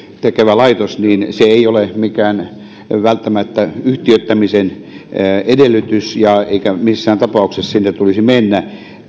tekevä laitos ei ole välttämättä mikään yhtiöittämisen edellytys eikä missään tapauksessa siihen tulisi mennä